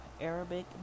Arabic